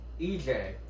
EJ